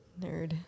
Nerd